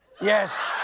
Yes